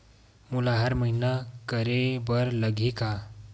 मोला हर महीना करे बर लगही का?